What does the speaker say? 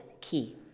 key